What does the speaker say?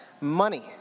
money